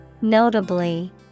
Notably